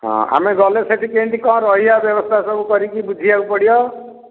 ହଁ ଆମେ ଗଲେ ସେଇଠି କେମିତି କ'ଣ ରହିବା ବ୍ୟବସ୍ଥା ସବୁ କରିକି ବୁଝିବାକୁ ପଡ଼ିବ